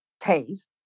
taste